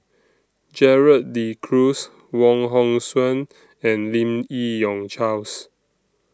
Gerald De Cruz Wong Hong Suen and Lim Yi Yong Charles